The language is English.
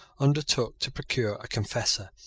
undertook to procure a confessor.